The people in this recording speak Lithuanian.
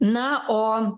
na o